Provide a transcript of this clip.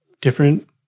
different